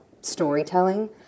storytelling